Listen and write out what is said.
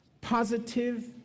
positive